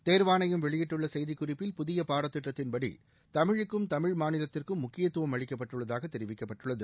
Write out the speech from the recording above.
தேர்வாணையம் வெளியிட்டுள்ள செய்திக்குறிப்பில் புதிய பாடத்திட்டத்தின்படி தமிழுக்கும் தமிழ் மாநிலத்திற்கும் முக்கியத்துவம் அளிக்கப்பட்டுள்ளதாக தெரிவிக்கப்பட்டுள்ளது